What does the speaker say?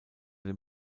dem